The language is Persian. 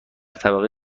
طبقه